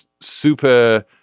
super